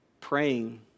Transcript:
praying